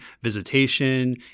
visitation